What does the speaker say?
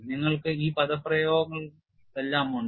നിങ്ങൾക്ക് ഈ പദപ്രയോഗങ്ങളെല്ലാം ഉണ്ട്